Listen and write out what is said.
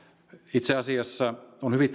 itse asiassa on hyvin